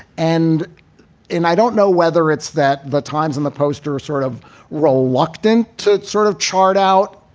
and and i don't know whether it's that the times and the poster are sort of reluctant to sort of chart out,